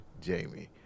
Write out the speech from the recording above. Jamie